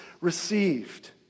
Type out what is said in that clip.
received